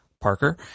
Parker